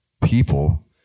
people